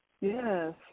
Yes